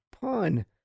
pun